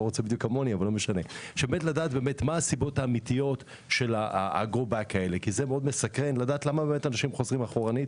הסיבות האמיתיות לכך שאנשים חוזרים אחורה.